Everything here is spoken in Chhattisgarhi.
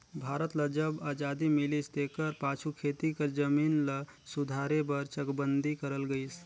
भारत ल जब अजादी मिलिस तेकर पाछू खेती कर जमीन ल सुधारे बर चकबंदी करल गइस